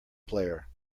player